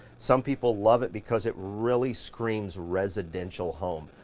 some people love it because it really screams residential home.